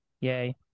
Yay